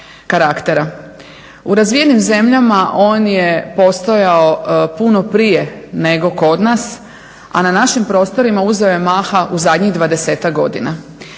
U razvijenim zemljama on je postojao puno prije nego kod nas, a na našim prostorima uzeo je maha u zadnjih dvadesetak